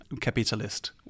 capitalist